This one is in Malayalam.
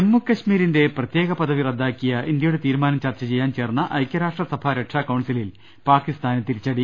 ജമ്മുകശ്മീരിന്റെ പ്രത്യേക പദവി റദ്ദാക്കിയ ഇന്ത്യയുടെ തീരു മാനം ചർച്ച ചെയ്യാൻ ചേർന്ന ഐക്യരാഷ്ട്രസഭ രക്ഷാ കൌൺസി ലിൽ പാക്കിസ്ഥാന് തിരിച്ചടി